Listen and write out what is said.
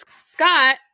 Scott